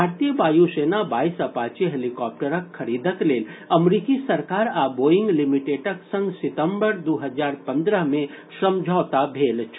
भारतीय वायु सेना बाईस अपाचे हेलीकॉप्टरक खरीदक लेल अमरीकी सरकार आ बोइंग लिमिटेडक संग सितम्बर दू हजार पन्द्रह मे समझौता भेल छल